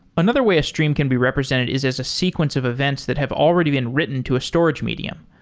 another way a stream can be represented is as a sequence of events that have already been written to a storage medium.